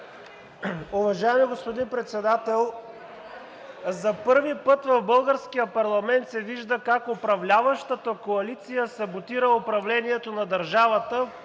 Уважаеми господин Председател, за първи път в българския парламент се вижда как управляващата коалиция саботира управлението на държавата